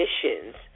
conditions